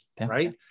right